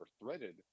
threaded